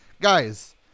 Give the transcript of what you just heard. guys